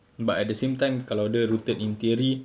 but at the same time kalau dia rooted in theory